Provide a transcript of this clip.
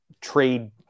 trade